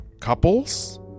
couples